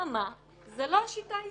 אממה, זאת לא השיטה הישראלית,